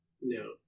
No